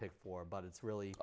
pick for but it's really